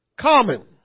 common